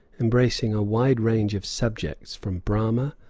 embracing a wide range of subjects, from brahma,